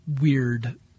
weird